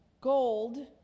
gold